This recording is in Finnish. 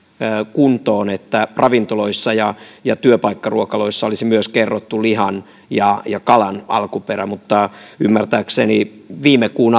kuntoon että ravintoloissa ja ja työpaikkaruokaloissa olisi myös kerrottu lihan ja ja kalan alkuperä mutta ymmärtääkseni viime kuun